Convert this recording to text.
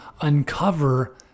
uncover